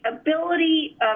ability